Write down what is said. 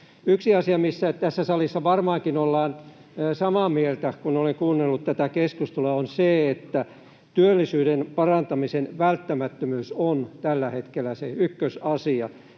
Yksi asia, missä tässä salissa varmaankin ollaan samaa mieltä, kun olen kuunnellut tätä keskustelua, on se, että työllisyyden parantamisen välttämättömyys on tällä hetkellä se ykkösasia.